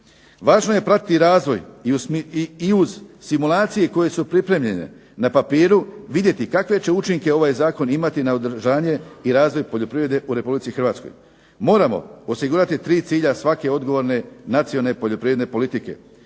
Važno je pratiti i razvoj i uz simulacije koje su pripremljene, na papiru vidjeti kakve će učinke ovaj zakon imati na održanje i razvoj poljoprivrede u Republici Hrvatskoj. Moramo osigurati tri cilja svake odgovorne nacionalne poljoprivredne politike,